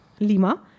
Lima